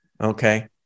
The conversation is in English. okay